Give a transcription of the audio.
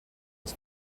his